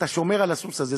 אתה שומר על הסוס הזה,